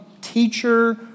teacher